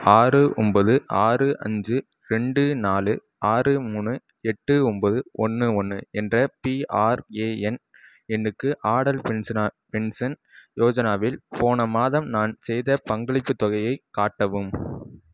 ஆறு ஒம்போது ஆறு அஞ்சு ரெண்டு நாலு ஆறு மூணு எட்டு ஒம்போது ஒன்று ஒன்று என்ற பிஆர்ஏஎன் எண்ணுக்கு ஆடல் பென்ஷனா பென்ஷன் யோஜனாவில் போன மாதம் நான் செய்த பங்களிப்புத் தொகையைக் காட்டவும்